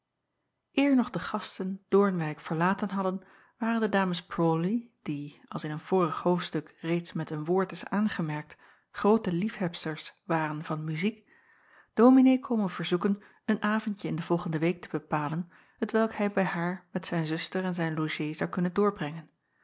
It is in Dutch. er nog de gasten oornwijck verlaten hadden waren de ames rawley die als in een vorig hoofdstuk reeds met een woord is aangemerkt groote liefhebsters waren van muziek ominee komen verzoeken een avondje in de volgende week te bepalen hetwelk hij bij haar met zijn zuster en zijn logée zou kunnen doorbrengen